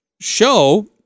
show